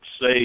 say